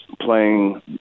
playing